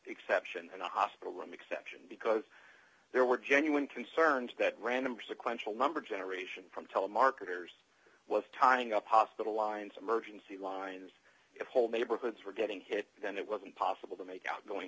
exception and a hospital room exception because there were genuine concerns that random sequential number generation from telemarketers was tying up hospital lines emergency lines if whole neighborhoods were getting hit and it wasn't possible to make outgoing